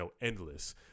endless